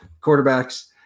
quarterbacks